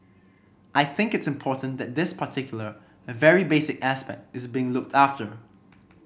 I think it's important that this particular very basic aspect is being looked after